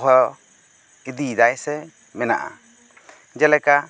ᱫᱚᱦᱚ ᱤᱫᱤᱭ ᱫᱟᱭ ᱥᱮ ᱢᱮᱱᱟᱜᱼᱟ ᱡᱮᱞᱮᱠᱟ